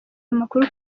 amakuru